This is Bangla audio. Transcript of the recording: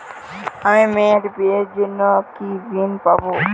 আমি মেয়ের বিয়ের জন্য কি ঋণ পাবো?